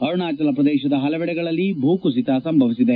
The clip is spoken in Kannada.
ಅರುಣಾಚಲ ಪ್ರದೇಶದ ಪಲವೆಡೆಗಳಲ್ಲಿ ಭೂಕುಸಿತ ಸಂಭವಿಸಿದೆ